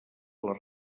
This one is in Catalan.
les